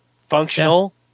functional